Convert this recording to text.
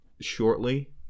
shortly